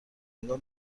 انگار